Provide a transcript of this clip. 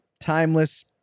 Timeless